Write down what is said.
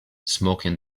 smoking